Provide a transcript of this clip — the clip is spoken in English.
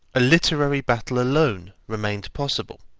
a literary battle alone remained possible.